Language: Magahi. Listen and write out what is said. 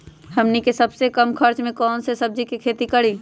हमनी के सबसे कम खर्च में कौन से सब्जी के खेती करी?